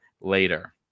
later